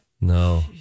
No